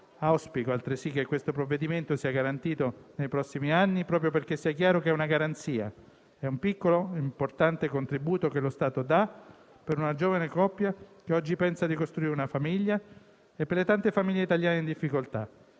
Auspico altresì che questo provvedimento sia garantito nei prossimi anni proprio perché sia chiaro che è una garanzia e un piccolo importante contributo che lo Stato dà a una giovane coppia che oggi pensa di costruire una famiglia e alle tante famiglie italiane in difficoltà.